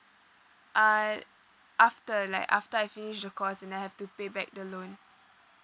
uh after like after I finish the course and I have to pay back the loan